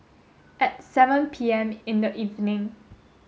at seven P M in the evening